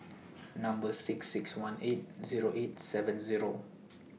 Number six six one eight Zero eight seven Zero